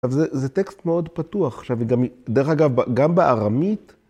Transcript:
‫אז זה טקסט מאוד פתוח עכשיו, ‫דרך אגב, גם בארמית.